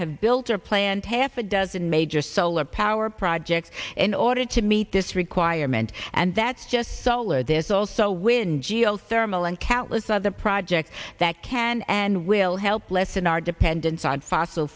have built or planned half a dozen major solar power projects in order to meet this requirement and that's just solar this also wind geothermal and countless other projects that can and will help lessen our dependence on fossil